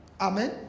Amen